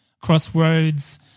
crossroads